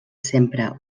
sempre